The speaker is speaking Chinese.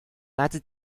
来自